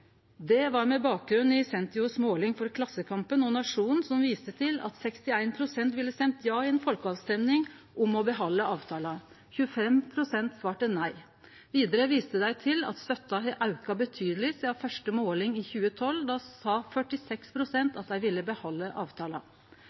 Det var med bakgrunn i Sentios måling for Klassekampen og Nationen, som viste til at 61 pst. ville stemt ja i ei folkeavstemming om å behalde avtala. 25 pst. svarte nei. Vidare viste dei til at støtta har auka betydeleg sidan første måling i 2012. Då sa 46 pst. at dei ville behalde avtala.